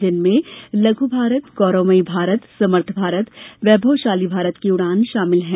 जिनमें लघु भारत गौरवमयी भारत समर्थ भारत वैभवशाली भारत की उड़ान शामिल हैं